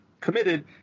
committed